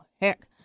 heck